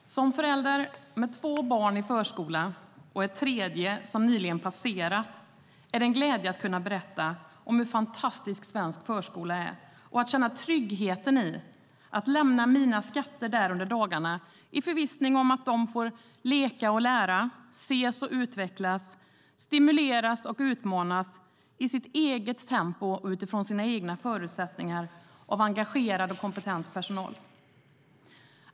Herr talman! Som förälder med två barn i förskola och ett tredje som nyligen passerat den är det en glädje att kunna berätta hur fantastisk svensk förskola är och att känna tryggheten i att lämna mina skatter där under dagarna i förvissning om att de får leka och lära, ses och utvecklas, stimuleras och utmanas i sitt eget tempo och utifrån sina egna förutsättningar av engagerad och kompetent personal.